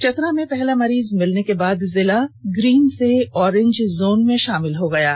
चतरा में पहला मरीज मिलने के बाद जिला ग्रीन से ऑरेंज जोन में शामिल हो गया है